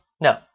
No